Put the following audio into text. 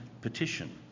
petition